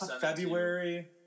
February